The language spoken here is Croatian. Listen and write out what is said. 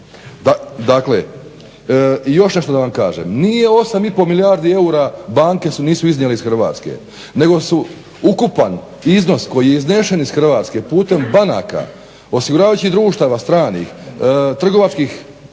Dakle i još nešto da vam kažem, nije 8,5 milijardi eura banke su nisu iznijele iz Hrvatske nego su ukupan iznos koji je iznesen iz Hrvatske putem banaka, osiguravajućih društava stranih, trgovačkih